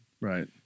right